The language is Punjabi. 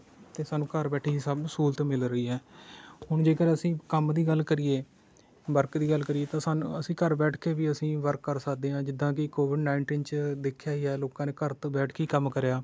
ਅਤੇ ਸਾਨੂੰ ਘਰ ਬੈਠੇ ਹੀ ਸਭ ਸਹੂਲਤ ਮਿਲ ਰਹੀ ਹੈ ਹੁਣ ਜੇਕਰ ਅਸੀਂ ਕੰਮ ਦੀ ਗੱਲ ਕਰੀਏ ਵਰਕ ਦੀ ਗੱਲ ਕਰੀਏ ਤਾਂ ਸਾਨ ਅਸੀਂ ਘਰ ਬੈਠ ਕੇ ਵੀ ਅਸੀਂ ਵਰਕ ਕਰ ਸਕਦੇ ਹਾਂ ਜਿੱਦਾਂ ਕਿ ਕੋਵਿਡ ਨਾਈਨਟੀਨ 'ਚ ਦੇਖਿਆ ਹੀ ਹੈ ਲੋਕਾਂ ਨੇ ਘਰ ਤੋਂ ਬੈਠ ਕੇ ਹੀ ਕੰਮ ਕਰਿਆ